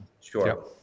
sure